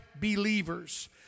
believers